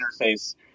Interface